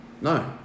No